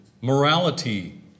Morality